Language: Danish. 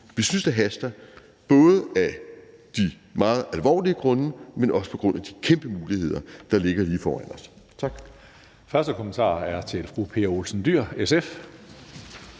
Vi synes, det haster, både af de meget alvorlige grunde, men også på grund af de kæmpe muligheder, der ligger lige foran os. Tak. Kl. 16:07 Tredje næstformand